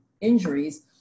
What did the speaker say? injuries